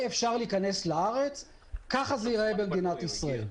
אפשר להיכנס לארץ כך זה ייראה במדינת ישראל.